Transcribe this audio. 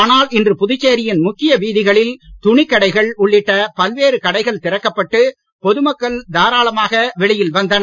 ஆனால் இன்று புதுச்சேரியின் முக்கிய வீதிகளில் துணிக் கடைகள் உள்ளிட்ட பல்வேறு கடைகள் திறக்கப்பட்டு பொது மக்கள் தாராளமாக வெளியில் வந்தனர்